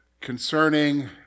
concerning